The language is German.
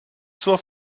zur